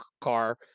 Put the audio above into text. car